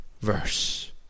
verse